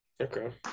Okay